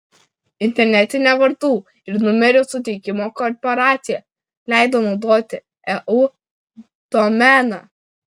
internetinė vardų ir numerių suteikimo korporacija leido naudoti eu domeną